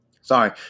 Sorry